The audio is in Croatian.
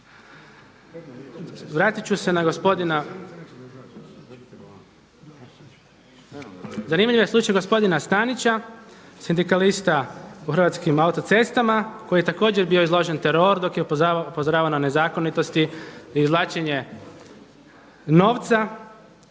zanimljiv je slučaj gospodina Stanića sindikalista u Hrvatskim autocestama koji je također bio izložen teroru dok je upozoravao na nezakonitosti, izvlačenje novca.